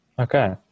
okay